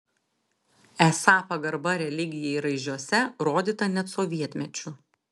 esą pagarba religijai raižiuose rodyta net sovietmečiu